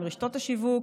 עם רשתות השיווק,